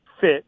fit